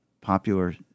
popular